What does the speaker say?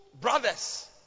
brothers